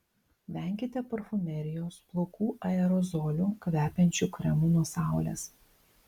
venkite parfumerijos plaukų aerozolių kvepiančių kremų nuo saulės